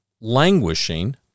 languishing